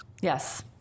Yes